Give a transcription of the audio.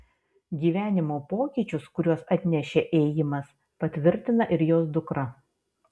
gyvenimo pokyčius kuriuos atnešė ėjimas patvirtina ir jos dukra